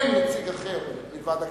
אין נציג אחר מלבד הכנסת,